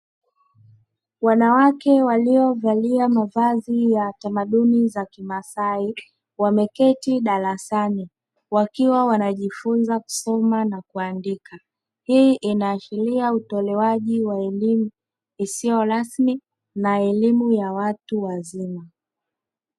Wanawake waliovalia mavazi ya tamaduni za kimasai wameketi darasani wakiwa wanajifunza kusoma na kuandika, hii inaashiria utolewaji wa elimu isiyo rasmi na elimu ya watu wazima.